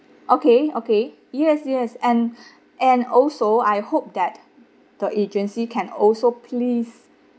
okay okay yes yes and and also I hope that the agency can also please